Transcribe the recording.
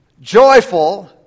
joyful